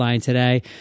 today